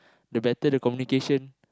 the better the communication